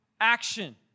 action